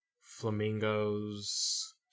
Flamingos